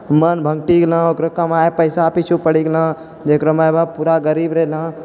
मन भङ्गठि गेलौँ ओकरा पैसा कमाय पिछु पड़ि गेलौँ जकरो माय बाप पूरा गरीब रहलौँ